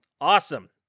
Awesome